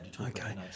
Okay